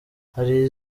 hari